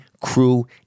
crew